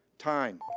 time,